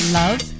love